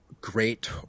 great